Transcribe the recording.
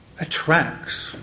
Attracts